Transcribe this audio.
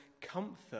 comfort